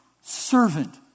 servant